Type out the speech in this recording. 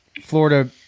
Florida